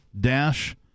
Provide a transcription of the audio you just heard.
dash